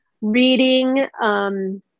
Reading